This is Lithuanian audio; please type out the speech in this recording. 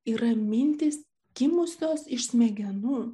yra mintys gimusios iš smegenų